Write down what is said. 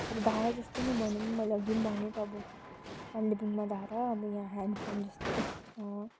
अब धारा जस्तै नै भनौँ मैले अघि पनि भने त अब कालिम्पोङमा धारा अब याँ ह्यान्डपम्प जस्तै